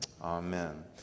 Amen